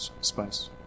space